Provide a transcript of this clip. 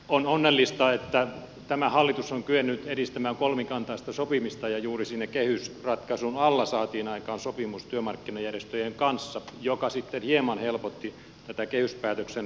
on onnellista että tämä hallitus on kyennyt edistämään kolmikantaista sopimista ja suuri siinä kehysratkaisun alla saatiin sopimus työmarkkinajärjestöjen kanssa joka sitten hieman helpotti tätä kehyspäätöksen rakentamista